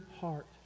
heart